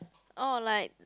orh like